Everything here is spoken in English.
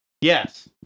Yes